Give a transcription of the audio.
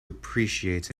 appreciate